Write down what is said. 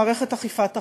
מערכת אכיפת החוק.